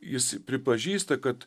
jis pripažįsta kad